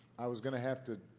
i was going to have to